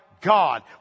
God